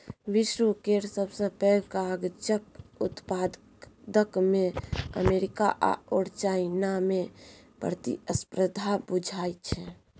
विश्व केर सबसे पैघ कागजक उत्पादकमे अमेरिका आओर चाइनामे प्रतिस्पर्धा बुझाइ छै